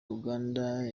uganda